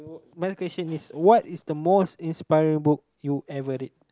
my question is what is the most inspiring book you ever read